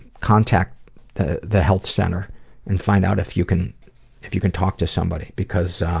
contact the the health center and find out if you can if you can talk to somebody, because